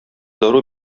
дару